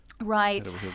right